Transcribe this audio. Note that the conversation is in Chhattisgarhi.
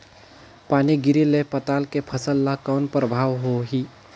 पानी गिरे ले पताल के फसल ल कौन प्रभाव होही?